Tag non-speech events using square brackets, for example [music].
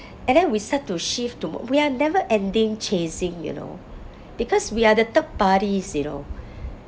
[breath] and then we start to shift tomo~ we are never ending chasing you know because we are the third parties you know